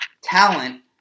talent